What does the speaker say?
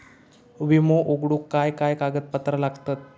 विमो उघडूक काय काय कागदपत्र लागतत?